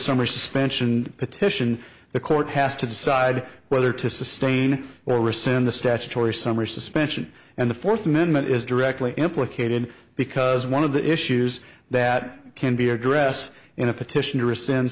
summer suspension petition the court has to decide whether to sustain or rescind the statutory summer suspension and the fourth amendment is directly implicated because one of the issues that can be addressed in a petition to rescind